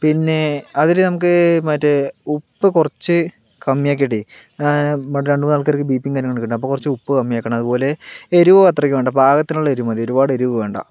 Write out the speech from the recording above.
പിന്നെ അതില് നമുക്ക് മറ്റേ ഉപ്പ് കുറച്ച് കമ്മിയാക്കീട്ടെ മറ്റ് രണ്ട് മൂന്ന് ആൾക്കാർക്ക് ബിപിം കാര്യങ്ങളൊക്കെ ഉണ്ട് അപ്പോൾ ഉപ്പ് കമ്മിയാക്കണം അതുപോലെ എരിവ് അത്രക്ക് വേണ്ട പാകത്തിനുള്ള എരിവ് മതി ഒരു പാട് എരുവ് വേണ്ട